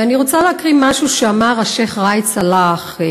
ואני רוצה להקריא משהו שאמר השיח' ראאד סלאח,